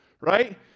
right